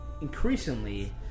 increasingly